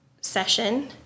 session